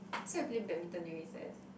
I feel like I play Badminton during recess